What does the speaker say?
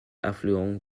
affluents